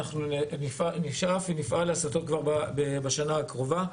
נפעל להסתות כבר בשנה הקרובה.